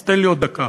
אז תן לי עוד דקה.